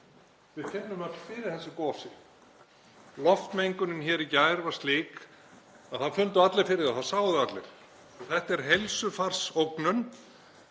Við finnum öll fyrir þessu gosi. Loftmengunin hér í gær var slík að það fundu allir fyrir því og það sáu það allir. Þetta er heilsufarsógnun